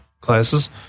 classes